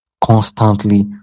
constantly